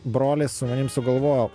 brolis su manim sugalvojo